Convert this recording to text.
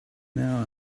now